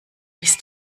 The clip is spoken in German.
bist